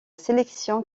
sélection